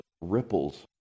ripples